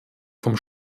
vom